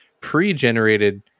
pre-generated